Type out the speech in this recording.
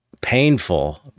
painful